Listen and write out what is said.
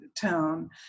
town